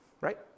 right